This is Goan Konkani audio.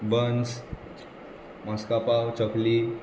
बन्स मस्का पाव चकली